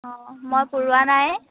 অঁ মই পূৰোৱা নাই